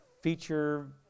feature